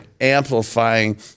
amplifying